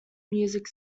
music